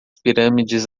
pirâmides